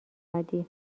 محمدی